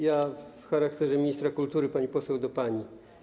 Ja w charakterze ministra kultury, pani poseł, do pani.